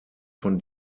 von